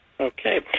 Okay